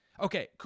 okay